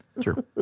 sure